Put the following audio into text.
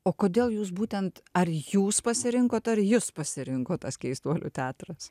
o kodėl jūs būtent ar jūs pasirinkot ar jus pasirinko tas keistuolių teatras